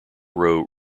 row